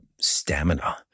stamina